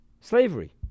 slavery